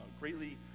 greatly